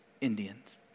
Indians